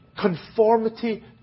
conformity